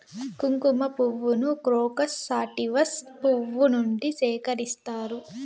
కుంకుమ పువ్వును crocus sativus పువ్వు నుండి సేకరిస్తారు